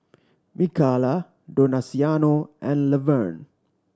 Mikala Donaciano and Levern